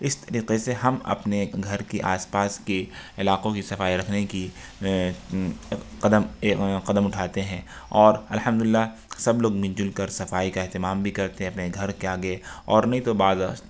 اس طریقے سے ہم اپنے گھر کی آس پاس کی علاقوں کی صفائی رکھنے کی قدم قدم اٹھاتے ہیں اور الحمد للہ سب لوگ مل جل کر صفائی کا اہتمام بھی کرتے ہیں اپنے گھر کے آگے اور نہیں تو